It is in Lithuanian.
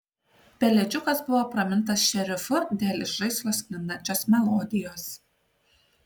pelėdžiukas buvo pramintas šerifu dėl iš žaislo sklindančios melodijos